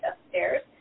upstairs